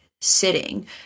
sitting